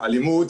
אלימות,